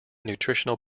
nutritional